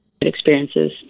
experiences